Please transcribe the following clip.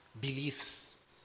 beliefs